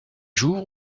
jour